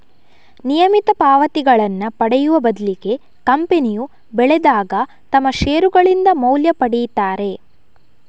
ನಿಯಮಿತ ಪಾವತಿಗಳನ್ನ ಪಡೆಯುವ ಬದ್ಲಿಗೆ ಕಂಪನಿಯು ಬೆಳೆದಾಗ ತಮ್ಮ ಷೇರುಗಳಿಂದ ಮೌಲ್ಯ ಪಡೀತಾರೆ